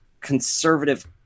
conservative